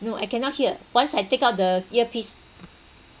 no I cannot hear once I take out the earpiece